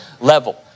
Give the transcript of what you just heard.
level